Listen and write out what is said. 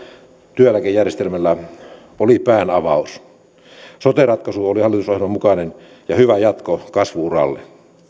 työeläkejärjestelmällä oli päänavaus sote ratkaisu oli hallitusohjelman mukainen ja hyvä jatko kasvu uralle